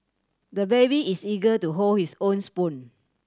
the baby is eager to hold his own spoon